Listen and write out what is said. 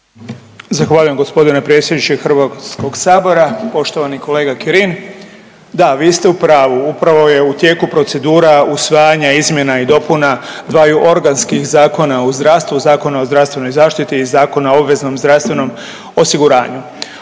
Zahvaljujem gospodine predsjedniče Hrvatskog sabora, poštovani kolega Kirin. Da, vi ste u pravu. Upravo je u tijeku procedura usvajanja izmjena i dopuna dvaju organskih Zakona o zdravstvu – Zakona o zdravstvenoj zaštiti i Zakona o obveznom zdravstvenom osiguranju.